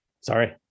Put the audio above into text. Sorry